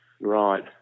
Right